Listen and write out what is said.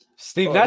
Steve